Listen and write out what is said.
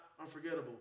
unforgettable